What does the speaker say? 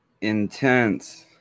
intense